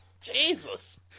Jesus